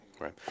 Right